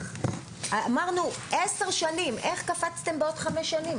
אמרנו עשר שנים, איך קפצתם בעוד חמש שנים?